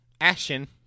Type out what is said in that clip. Ashen